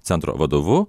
centro vadovu